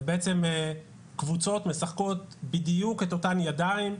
ובעצם קבוצות משחקות בדיוק את אותן ידיים,